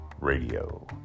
Radio